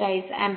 46 ampere